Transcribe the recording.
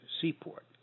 seaport